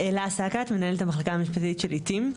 אלה סקעת מנהלת המחלקה המשפטית של עיתים,